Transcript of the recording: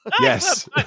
Yes